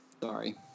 Sorry